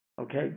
Okay